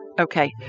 Okay